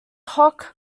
hoc